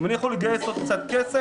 אם אני יכול לגייס עוד קצת כסף,